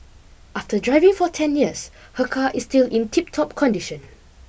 after driving for ten years her car is still in tiptop condition